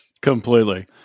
Completely